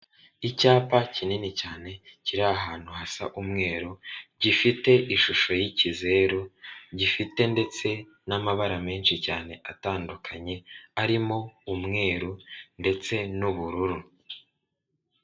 Icyapa kinini cyane kiri ahantu hasa umweru gifite ishusho y'ikizeru gifite ndetse n'amabara menshi cyane atandukanye arimo umweru ndetse n'ubururu.